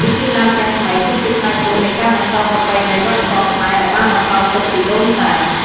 ពិធីឡើងផ្ទះថ្មី គឺជាផ្នែកមួយនៃការបន្តប្រពៃណីវប្បធម៌ខ្មែរដែលបានបន្សល់ទុកពីដូនតា។